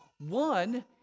One